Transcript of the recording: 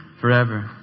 forever